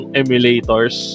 emulators